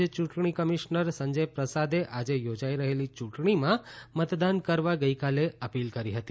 રાજ્ય યૂંટણી કમિશનર સંજય પ્રસાદે આજે યોજાઈ રહેલી યૂંટણીમાં મતદાન કરવા ગઈકાલે અપીલ કરી હતી